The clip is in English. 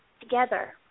together